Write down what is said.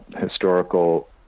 historical